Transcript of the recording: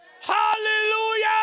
Hallelujah